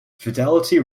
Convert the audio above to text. fidelity